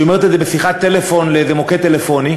שהיא אומרת את זה בשיחת טלפון לאיזה מוקד טלפוני,